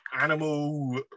animal